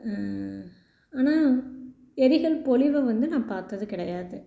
ஆனால் எரிகல் பொழிவை வந்து நான் பார்த்தது கிடையாது